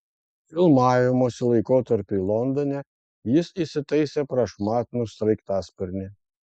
filmavimosi laikotarpiui londone jis įsitaisė prašmatnų sraigtasparnį